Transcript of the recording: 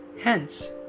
Hence